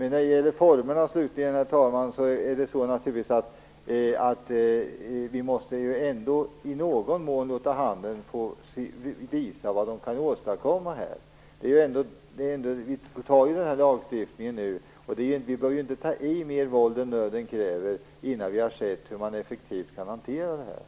När det gäller formerna, herr talman, måste vi naturligtvis i någon mån låta handeln visa vad den kan åstadkomma. Vi antar ju den här lagen nu, och vi bör inte ta till mer våld än nöden kräver innan vi har sett hur man effektivt kan hantera detta.